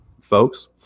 folks